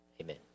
amen